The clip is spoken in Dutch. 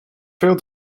veel